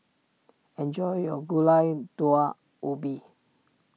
enjoy your Gulai Daun Ubi